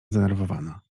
zdenerwowana